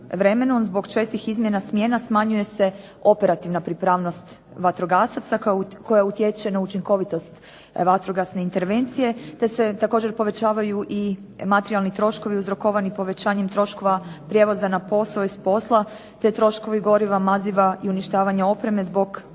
zbog čestih izmjena smjena smanjuje se operativna pripravnost vatrogasaca koja utječe na učinkovitost vatrogasne intervencije te se također povećavaju i materijalni troškovi uzrokovani povećanjem troškova prijevoza na posao i s posla te troškovi goriva, maziva i uništavanja opreme zbog većeg